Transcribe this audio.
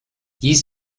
dies